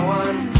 one